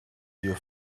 you